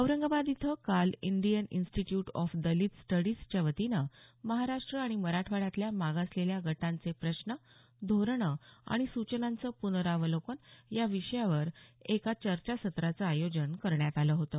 औरंगाबाद इथं काल Indian institute of Dalit स्टडीजच्या वतीनं महाराष्ट्र आणि मराठवाड्यातल्या मागासलेल्या गटांचे प्रश्न धोरणं आणि सूचनांचं पुनरावलोकन या विषयावर एका चर्चासत्राचं आयोजन करण्यात आलं होतं